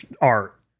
art